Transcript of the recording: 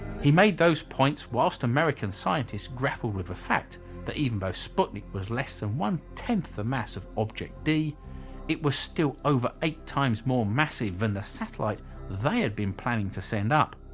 he made those points whilst american scientists grappled with the fact that even though sputnik was less than one ten the mass of object d it was still over eight times more massive and the satellite they had been planning to send up.